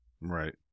Right